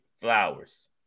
Flowers